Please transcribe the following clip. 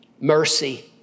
mercy